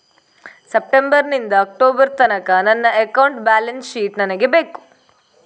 September ನಿಂದ October ತನಕ ನನ್ನ ಅಕೌಂಟ್ ಬ್ಯಾಲೆನ್ಸ್ ಶೀಟ್ ನನಗೆ ಬೇಕು